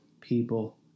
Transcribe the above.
people